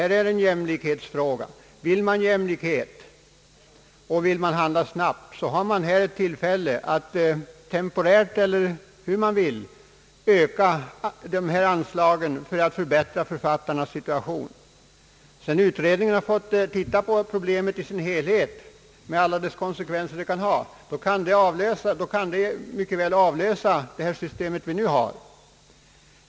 Vill man åstadkomma jämlikhet och vill man handla snabbt, har man här ett tillfälle att temporärt eller hur man vill öka anslagen för att förbättra författarnas situation. Sedan utredningen fått titta på problemet i dess helhet och undersökt alla konsekvenser, kan ett nytt system mycket väl avlösa det vi nu har.